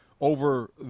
over